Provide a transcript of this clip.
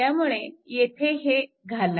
त्यामुळे हे येथे घाला